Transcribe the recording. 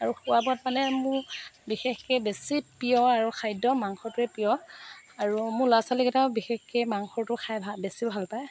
আৰু খোৱা বোৱাত মানে মোৰ বিশেষকৈ বেছি প্ৰিয় আৰু খাদ্য মাংসটোৱে প্ৰিয় আৰু মোৰ ল'ৰা ছোৱালীকেইটাইও বিশেষকৈ মাংসটো খাই ভা বেছি ভাল পায়